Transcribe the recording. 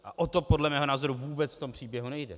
O to podle mého názoru vůbec v tom příběhu nejde.